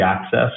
access